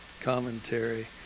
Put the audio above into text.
commentary